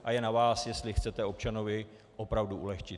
A je na vás, jestli chcete občanovi opravdu ulehčit.